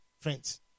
friends